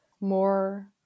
more